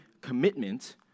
commitment